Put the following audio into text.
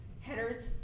headers